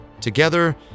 Together